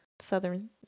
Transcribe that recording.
Southern